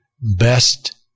best